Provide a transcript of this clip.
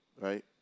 Right